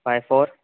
five four